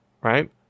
right